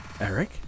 eric